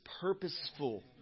purposeful